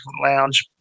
lounge